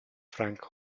frank